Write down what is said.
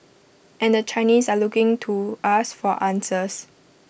and the Chinese are looking to us for answers